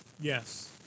Yes